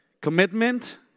commitment